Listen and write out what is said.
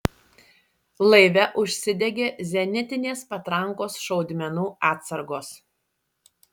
laive užsidegė zenitinės patrankos šaudmenų atsargos